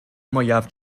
mwyaf